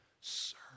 serve